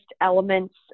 elements